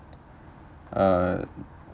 uh